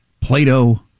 Plato